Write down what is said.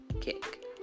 kick